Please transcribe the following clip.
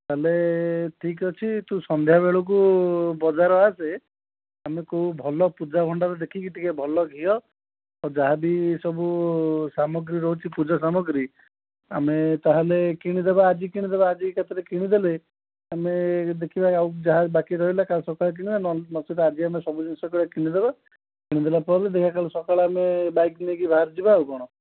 ତା'ହେଲେ ଠିକ୍ ଅଛି ତୁ ସନ୍ଧ୍ୟାବେଳକୁ ବଜାର ଆସେ ଆମେ କେଉଁ ଭଲ ପୂଜାଭଣ୍ଡାର ଦେଖିକି ଟିକିଏ ଭଲ ଘିଅ ଯାହାବି ସବୁ ସାମଗ୍ରୀ ରହୁଛି ପୂଜା ସାମଗ୍ରୀ ଆମେ ତା'ହେଲେ କିଣିଦେବା ଆଜି କିଣିଦେବା ଆଜି ଏକାଥରେ କିଣିଦେଲେ ଆମେ ଦେଖିବା ଆଉ ଯାହା ବାକି ରହିଲା କାଲି ସକାଳେ କିଣିବା ନହେଲେ ନଚେତ୍ ଆଜି ଆମେ ସବୁ ଜିନିଷଗୁଡ଼ା କିଣିଦେବା କିଣିଦେଲା ପରେ ଦେଖିବା କାଲି ସକାଳେ ଆମେ ବାଇକ୍ ନେଇକି ବାହାରିଯିବା ଆଉ କ'ଣ